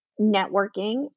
networking